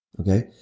okay